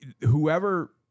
whoever